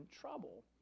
trouble